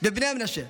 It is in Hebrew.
ובני המנשה.